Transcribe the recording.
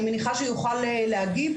אני מניחה שהוא יוכל להגיב.